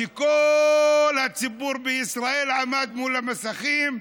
כשכל הציבור בישראל עמד מול המסכים,